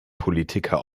politiker